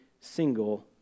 single